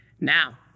Now